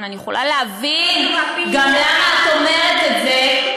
"יחרב הגליל" אני יכולה להבין גם למה את אומרת את זה.